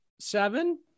Seven